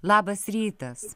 labas rytas